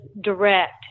direct